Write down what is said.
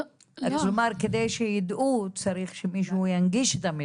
כדי שידעו צריך שמישהו ינגיש את המידע.